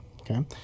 okay